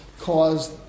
caused